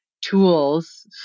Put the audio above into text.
tools